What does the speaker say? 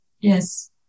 Yes